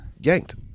yanked